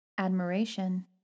Admiration